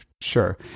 Sure